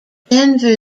denver